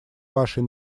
вашей